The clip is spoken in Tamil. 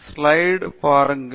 இந்த ஸ்லைடுல் பாருங்கள்